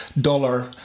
dollar